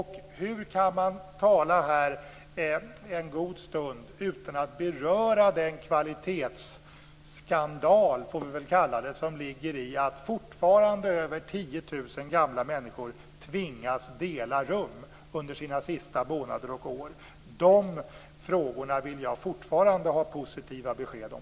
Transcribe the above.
Hur kan man tala här en god stund utan att beröra den kvalitetsskandal som det är att över 10 000 gamla människor fortfarande tvingas dela rum under sina sista månader och år? Dessa frågor vill jag fortfarande ha positiva besked om.